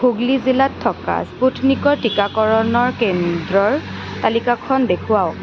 হুগ্লি জিলাত থকা স্পুটনিকৰ টীকাকৰণৰ কেন্দ্ৰৰ তালিকাখন দেখুৱাওক